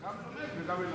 אתה גם לומד וגם מלמד.